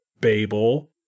Babel